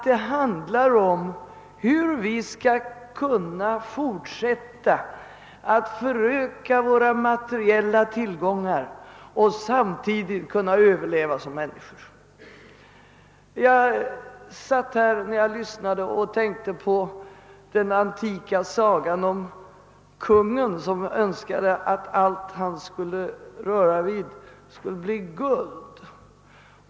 Det handlar om hur vi skall kunna fortsätta att föröka våra materiella tillgångar och samtidigt kunna överleva som människor. När jag satt och lyssnade på debatten kom jag att tänka på den antika sagan om kungen som önskade att allt han rörde vid skulle bli guld.